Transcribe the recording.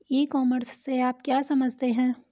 ई commerce से आप क्या समझते हैं?